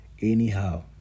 Anyhow